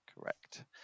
Correct